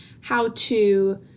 how-to